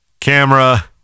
camera